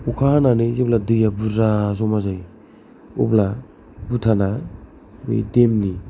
अखा हानानै जेब्ला बुरजा जमा जायो अब्ला भुटाना बै देम नि